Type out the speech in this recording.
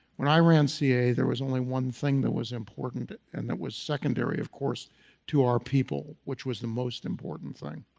when i ran ca, there was only one thing that was important, and that was secondary of course to our people, which was the most important thing,